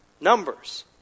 Numbers